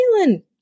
feeling